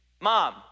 mom